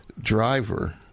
driver